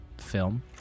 Film